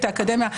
האקדמיה,